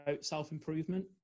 self-improvement